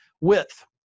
width